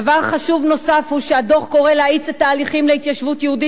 דבר חשוב נוסף הוא שהדוח קורא להאיץ את ההליכים להתיישבות יהודית